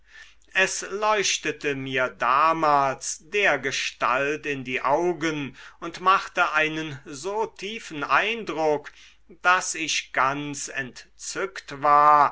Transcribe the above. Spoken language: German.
es leuchtete mir damals dergestalt in die augen und machte einen so tiefen eindruck daß ich ganz entzückt war